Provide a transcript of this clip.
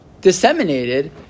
disseminated